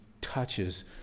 touches